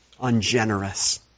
ungenerous